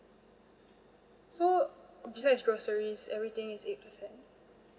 so besides groceries everything is eight percent